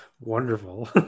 Wonderful